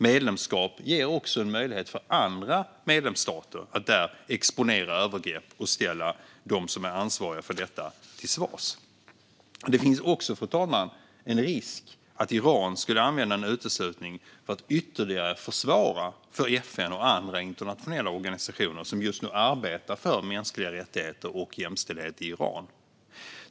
Medlemskap ger också en möjlighet för andra medlemsstater att där exponera övergrepp och ställa dem som är ansvariga för detta till svars. Det finns också, fru talman, en risk för att Iran skulle använda en uteslutning för att ytterligare försvåra för FN och andra internationella organisationer som just nu arbetar för mänskliga rättigheter och jämställdhet i Iran.